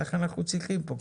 ככה אנחנו צריכים פה,